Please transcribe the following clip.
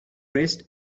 dressed